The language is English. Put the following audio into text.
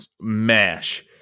mash